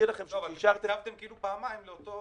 לא, אתם אישרתם כאילו פעמיים לאותו לענף.